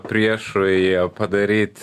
priešui padaryt